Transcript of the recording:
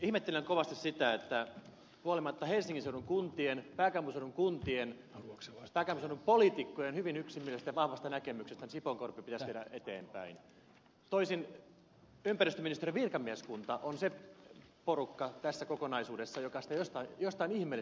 ihmettelen kovasti sitä että huolimatta helsingin seudun kuntien pääkaupunkiseudun kuntien ja pääkaupunkiseudun poliitikkojen hyvin yksimielisestä ja vahvasta näkemyksestä että sipoonkorpi pitäisi viedä eteenpäin ympäristöministeriön virkamieskunta on se porukka tässä kokonaisuudessa joka sitä jostain ihmeellisestä syystä vastustaa